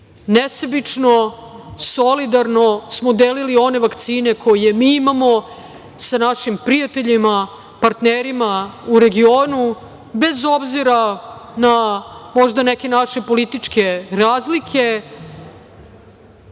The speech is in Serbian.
nesebično, solidarno smo delili one vakcine koje mi imamo sa našim prijateljima, partnerima u regionu, bez obzira na možda neke naše političke razlike,